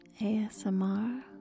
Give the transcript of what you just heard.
ASMR